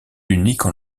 uniques